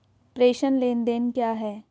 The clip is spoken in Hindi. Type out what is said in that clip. प्रेषण लेनदेन क्या है?